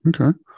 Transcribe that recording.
Okay